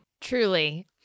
Truly